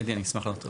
אני אשמח לענות.